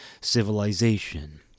civilization